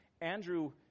Andrew